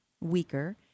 weaker